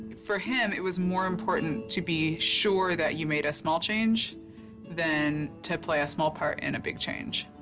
for him it was more important to be sure that you made a small change than to play a small part in a big change.